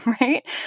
right